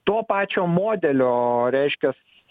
to pačio modelio reiškias